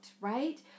right